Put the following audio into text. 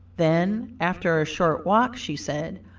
then after a short walk, she said,